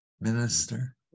Minister